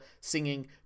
singing